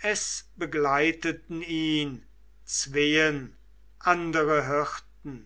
es begleiteten ihn zween andere hirten